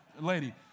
lady